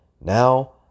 Now